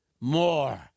More